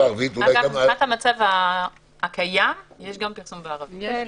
מבחינת המצב הקיים, יש גם פרסום בערבית.